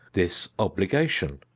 this obligation.